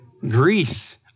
Greece